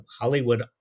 hollywood